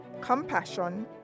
compassion